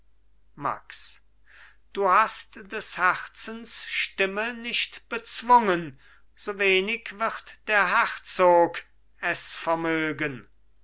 max du hast des herzens stimme nicht bezwungen so wenig wird der herzog es vermögen